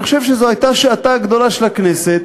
אני חושב שזו הייתה שעתה הגדולה של הכנסת,